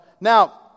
now